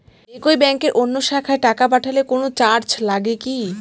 একই ব্যাংকের অন্য শাখায় টাকা পাঠালে কোন চার্জ লাগে কি?